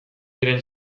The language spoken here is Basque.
diren